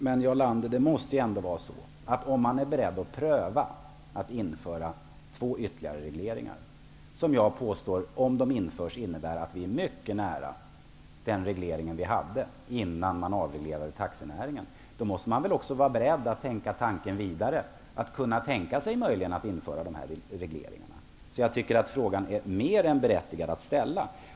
Herr talman! Om man är beredd att pröva ett införande av två ytterligare regleringar, måste man väl kunna tänka sig möjligheten att också införa dem. Jag påstår att det, om de införs, innebär att vi kommer mycket nära den reglering vi hade före avregleringen av taxinäringen. Frågan är mer än berättigad att ställa.